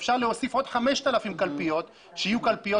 אפשר להוסיף עוד 5,000 קלפיות שיהיו קלפיות